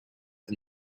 and